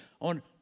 on